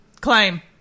Claim